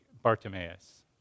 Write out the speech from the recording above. Bartimaeus